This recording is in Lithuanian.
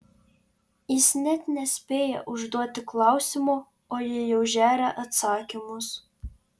jis net nespėja užduoti klausimo o ji jau žeria atsakymus